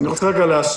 אני רוצה להשיב.